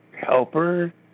helper